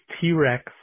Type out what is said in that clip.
T-Rex